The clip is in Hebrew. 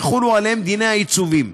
יחולו עליהם דיני העיצובים,